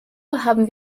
haben